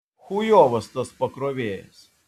chujovas tas pakrovėjas